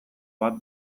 bat